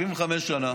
75 שנה?